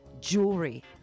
jewelry